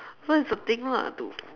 what is the thing lah to